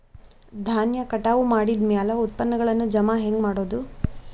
ಧಾನ್ಯ ಕಟಾವು ಮಾಡಿದ ಮ್ಯಾಲೆ ಉತ್ಪನ್ನಗಳನ್ನು ಜಮಾ ಹೆಂಗ ಮಾಡೋದು?